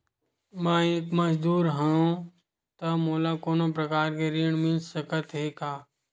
मैं एक मजदूर हंव त मोला कोनो प्रकार के ऋण मिल सकत हे का?